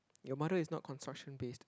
your mother is not construction based